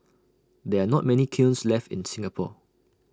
there are not many kilns left in Singapore